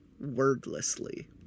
Wordlessly